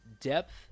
depth